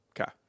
Okay